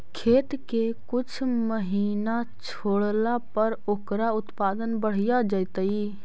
खेत के कुछ महिना छोड़ला पर ओकर उत्पादन बढ़िया जैतइ?